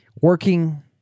working